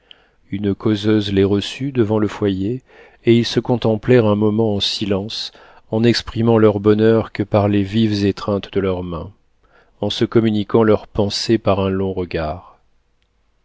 une causeuse les reçut devant le foyer et ils se contemplèrent un moment en silence en n'exprimant leur bonheur que par les vives étreintes de leurs mains en se communiquant leurs pensées par un long regard